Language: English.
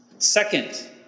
Second